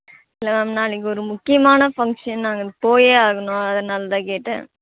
இல்லை மேம் நாளைக்கு முக்கியமான ஃபங்க்ஷன் நாங்கள் அதுக்கு போயே ஆகணும் அதனால்தான் கேட்டேன்